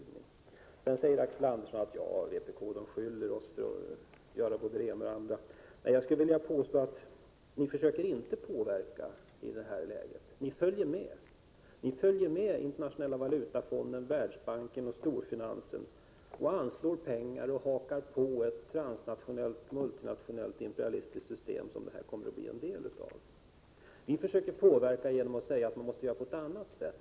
Axel Andersson säger vidare att vpk beskyller socialdemokraterna för att göra både det ena och det andra. Jag vill påstå att ni socialdemokrater inte påverkar i detta läge, utan ni följer med. Ni följer Internationella valutafonden, Världsbanken och storfinansen och anslår pengar och hakar på det transnationella, multinationella imperalistiska systemet, som detta kommer att bli en del av. Vi försöker påverka genom att säga att man måste göra på ett annat sätt.